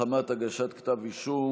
מחמת הגשת כתב אישום)